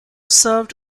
served